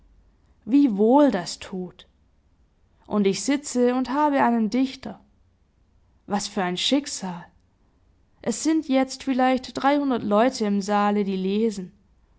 wie wohl das tut und ich sitze und habe einen dichter was für ein schicksal es sind jetzt vielleicht dreihundert leute im saale die lesen